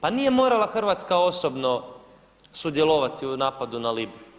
Pa nije morala Hrvatska osobno sudjelovati u napadu na Libiju.